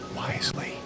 wisely